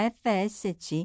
fsc